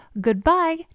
goodbye